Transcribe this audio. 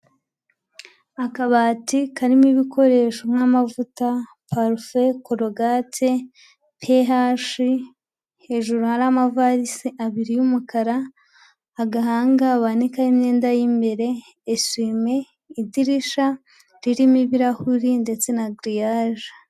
Akabati karimo ibikoresho nk'amavuta, parufe, korogate, pehashi hejuru hari amavarisi abiri y'umukara, agahanga bananikaho imyenda y'imbere, esuwime, idirisha ririmo ibirahuri ndetse na giriyaje.